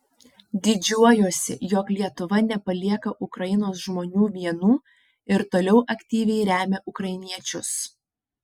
didžiuojuosi jog lietuva nepalieka ukrainos žmonių vienų ir toliau aktyviai remia ukrainiečius